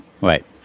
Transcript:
Right